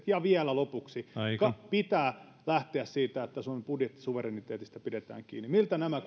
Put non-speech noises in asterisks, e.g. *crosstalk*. *unintelligible* ja vielä lopuksi pitää lähteä siitä että suomen budjettisuvereniteetista pidetään kiinni miltä nämä *unintelligible*